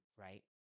right